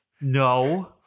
No